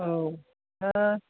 औ दा